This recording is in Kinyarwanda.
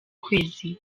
kwezi